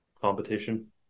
competition